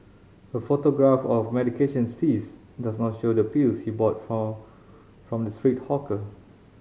a photograph of medication seized does not show the pills he bought from from the street hawker